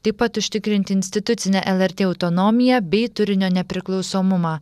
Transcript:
taip pat užtikrinti institucinę lrt autonomiją bei turinio nepriklausomumą